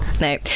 no